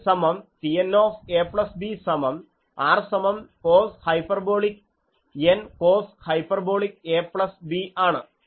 അത് സമം TNab സമം R സമം cos hyperbolic N cos hyperbolic a plus b ആണ്